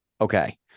Okay